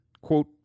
Quote